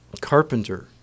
carpenter